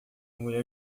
mulher